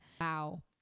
wow